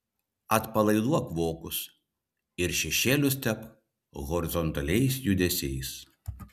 atpalaiduok vokus ir šešėlius tepk horizontaliais judesiais